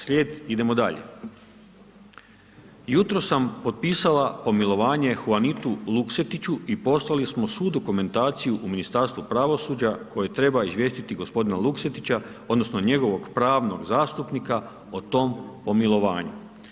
Slijed, idemo dalje, jutros sam potpisala pomilovanje Huanitu Luksetiću i poslali smo svu dokumentaciju u Ministarstvo pravosuđa, koje treba izvijestiti gospodina Luksetića, odnosno, njegovog pravnog zastupnika, o tom pomilovanju.